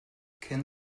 can